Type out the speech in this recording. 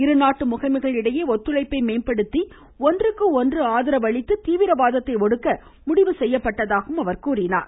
இருநாட்டு முகமைகள் இடையே ஒத்துழைப்பை மேம்படுத்தி ஒன்றுக்கொன்று ஆதரவு அளித்து தீவிரவாதத்தை ஒடுக்க முடிவு செய்யப்பட்டதாகவும் கூறினார்